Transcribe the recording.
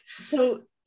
So-